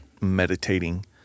meditating